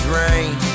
rain